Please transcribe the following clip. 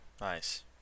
Nice